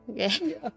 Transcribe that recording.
Okay